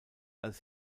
als